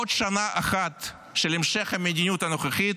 עוד שנה של המשך המדיניות הנוכחית,